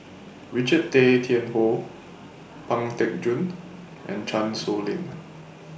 Richard Tay Tian Hoe Pang Teck Joon and Chan Sow Lin